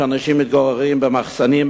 שאנשים מתגוררים במחסנים,